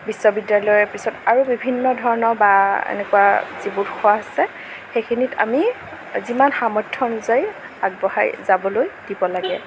বিশ্ববিদ্য়ালয়ৰ পিছত আৰু বিভিন্ন ধৰণৰ বা এনেকুৱা যিবোৰ উৎস আছে সেইখিনিত আমি যিমান সামৰ্থ অনুযায়ী আগবঢ়াই যাবলৈ দিব লাগে